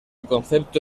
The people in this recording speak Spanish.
concepto